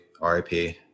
rip